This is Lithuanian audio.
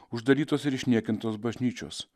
uždarytos ir išniekintos bažnyčios